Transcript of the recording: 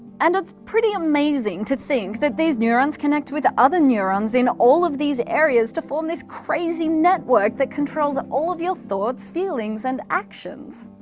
and it's pretty amazing to think that these neurons connect with other neurons in all of these areas to form this crazy network that controls all of your thoughts, feelings and actions.